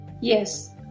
Yes